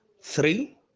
three